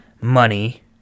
money